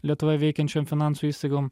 lietuvoje veikiančiom finansų įstaigom